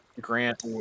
Grant